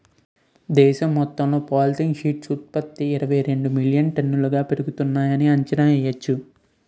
దేశం మొత్తంలో poultry feed ఉత్త్పతి ఇరవైరెండు మిలియన్ టన్నులుగా పెరుగుతున్నాయని అంచనా యెయ్యొచ్చు